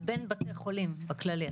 בין בתי חולים בכללי,